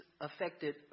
affected